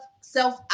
self